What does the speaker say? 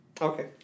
Okay